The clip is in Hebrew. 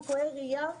לקויי ראייה.